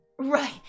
Right